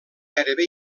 gairebé